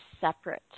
separate